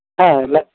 ᱦᱮᱸ